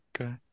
Okay